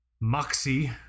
Moxie